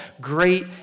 great